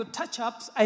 touch-ups